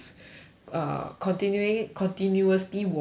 uh continuing continuously watching